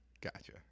Gotcha